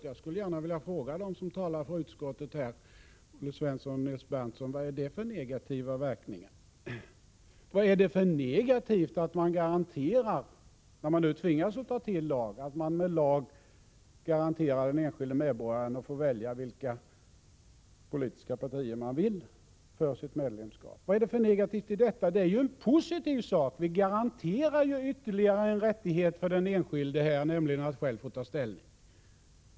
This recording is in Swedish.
Jag skulle gärna vilja fråga dem som talar för utskottet — Olle Svensson och Nils Berndtson: Vad är det för negativa verkningar man avser? Vad är det för negativt att man — när man nu tvingas ta till en lag — garanterar den enskilde medborgaren att få välja vilket politiskt parti man vill för sitt medlemskap? Det är ju något positivt — vi garanterar ytterligare en rättighet för den enskilde, nämligen att själv få ta ställning.